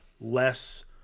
less